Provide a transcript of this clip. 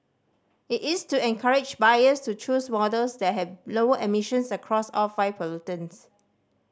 it is to encourage buyers to choose models that have lower emissions across all five pollutants